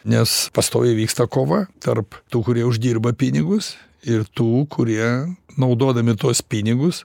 nes pastoviai vyksta kova tarp tų kurie uždirba pinigus ir tų kurie naudodami tuos pinigus